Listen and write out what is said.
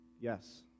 yes